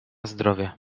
zdrowie